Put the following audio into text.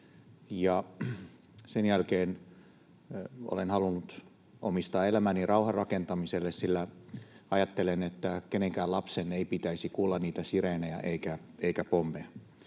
Sen jälkeen olen halunnut omistaa elämäni rauhan rakentamiselle, sillä ajattelen, että kenenkään lapsen ei pitäisi kuulla niitä sireenejä eikä pommeja.